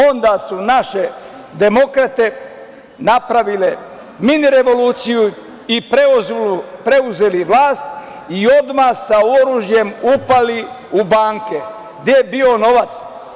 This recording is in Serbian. Onda su naše demokrate napravile mini revoluciju i preuzele vlast i odmah sa oružjem upali u banke gde je bio novac.